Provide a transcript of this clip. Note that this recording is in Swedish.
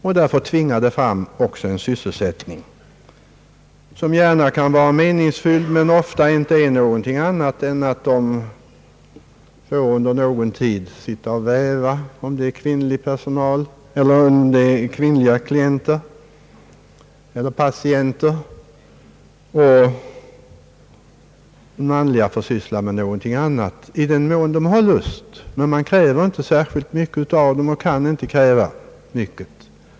Det förhållandet tvingar fram också en sysselsättning som gärna kan vara meningsfylld men som ofta inte innebär någonting annat än att de under någon tid, om det är kvinnliga patienter, får sitta och väva eller, om det är manliga, får syssla med någonting annat, i den mån de har lust. Man kräver inte särskilt mycket av dem och kan inte göra det.